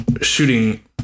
shooting